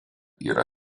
yra